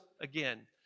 again